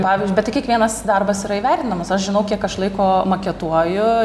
pavyzdžiui bet tai kiekvienas darbas yra įvertinamas aš žinau kiek aš laiko maketuoju